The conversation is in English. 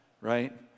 right